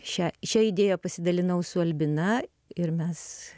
šia šia idėja pasidalinau su albina ir mes